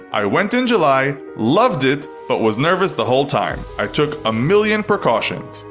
i went in july. loved it, but was nervous the whole time. i took a million precautions.